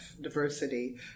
diversity